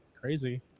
crazy